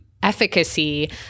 Efficacy